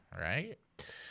right